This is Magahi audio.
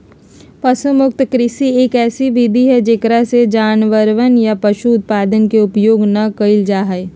पशु मुक्त कृषि, एक ऐसी विधि हई जेकरा में जानवरवन या पशु उत्पादन के उपयोग ना कइल जाहई